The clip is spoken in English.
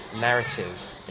narrative